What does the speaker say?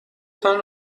تان